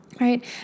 right